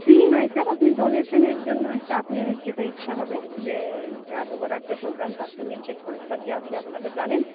ফি নয় স্যার আপনি ডোনেশনের জন্য একটা আপনি ওই যেটা ইচ্ছা হবে যে এত বড়ো একটা প্রোগ্রাম তার তো নিশ্চয়ই একটা খরচ পাতি আছে আপনারা জানেন